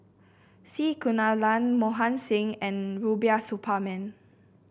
C Kunalan Mohan Singh and Rubiah Suparman